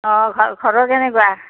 অ ঘৰ ঘৰত কেনেকুৱা